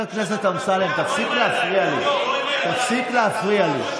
חבר הכנסת אמסלם, תפסיק להפריע לי.